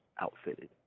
outfitted